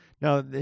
now